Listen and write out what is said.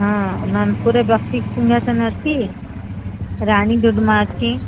ହଁ ନାନପୁରରେ ବତିସ ସିଂହାସନ ଅଛି ରାଣୀ ଡୁଡ଼ୁମା ଅଛି